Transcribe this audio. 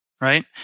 right